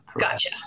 Gotcha